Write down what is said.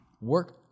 Work